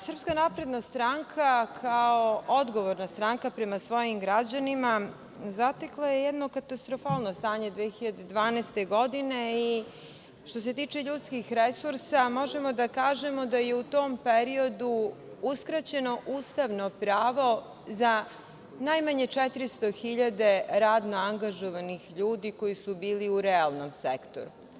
Srpska napredna stranka, kao odgovorna stranka prema svojim građanima, zatekla je jedno katastrofalno stanje 2012. godine i, što se tiče ljudskih resursa, možemo da kažemo da je u tom periodu uskraćeno ustavno pravo za najmanje 400.000 radno-angažovanih ljudi koji su bili u realnom sektoru.